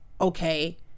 okay